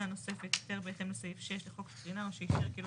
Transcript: הנוספת היתר בהתאם לסעיף 6 לחוק הקרינה או שאישר כי לא